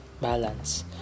balance